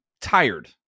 tired